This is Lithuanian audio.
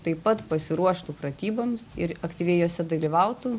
taip pat pasiruoštų pratyboms ir aktyviai jose dalyvautų